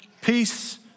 peace